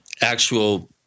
actual